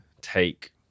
take